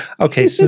Okay